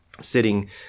sitting